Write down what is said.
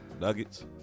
Nuggets